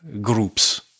groups